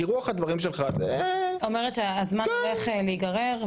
כי רוח הדברים שלך --- שהזמן הולך להיגרר.